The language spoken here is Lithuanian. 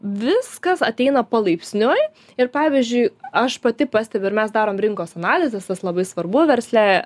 viskas ateina palaipsniui ir pavyzdžiui aš pati pastebiu ir mes darom rinkos analizes tas labai svarbu versle